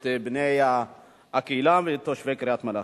את בני הקהילה ואת תושבי קריית-מלאכי.